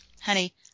Honey